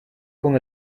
con